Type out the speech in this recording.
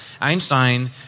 Einstein